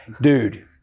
Dude